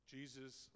Jesus